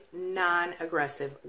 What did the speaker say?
non-aggressive